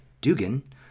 Dugan